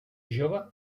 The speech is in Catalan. jove